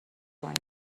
کنید